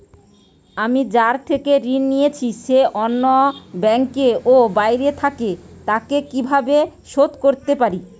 আমি যার থেকে ঋণ নিয়েছে সে অন্য ব্যাংকে ও বাইরে থাকে, তাকে কীভাবে শোধ করতে পারি?